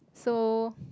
so